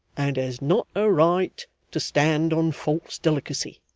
and has not a right to stand on false delicacy,